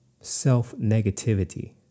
self-negativity